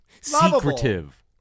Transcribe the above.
secretive